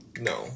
No